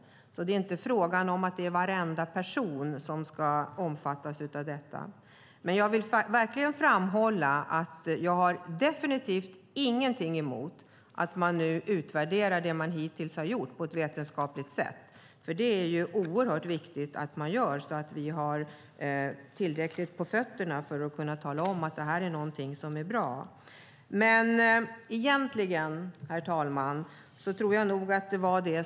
Det är alltså inte fråga om att varenda person ska omfattas av detta. Jag vill verkligen framhålla att jag definitivt inte har något emot att man nu på ett vetenskapligt sätt utvärderar det man hittills har gjort. Det är oerhört viktigt, så att vi har tillräckligt på fötter för att kunna tala om att det här är något som är bra. Herr talman!